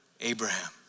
Abraham